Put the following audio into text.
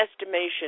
estimation